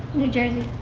new jersey.